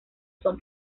son